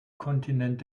kontinent